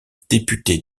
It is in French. député